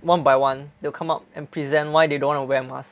one by one they'll come up and present why they don't want to wear masks